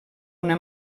una